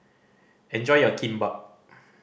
enjoy your Kimbap